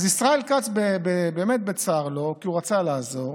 אז ישראל כץ, באמת בצר לו, כי הוא רצה לעזור,